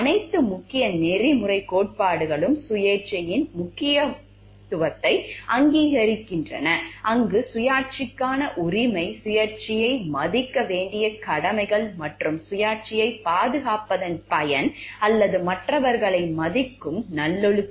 அனைத்து முக்கிய நெறிமுறைக் கோட்பாடுகளும் சுயாட்சியின் முக்கியத்துவத்தை அங்கீகரிக்கின்றன அங்கு சுயாட்சிக்கான உரிமை சுயாட்சியை மதிக்க வேண்டிய கடமைகள் மற்றும் சுயாட்சியைப் பாதுகாப்பதன் பயன் அல்லது மற்றவர்களை மதிக்கும் நல்லொழுக்கம்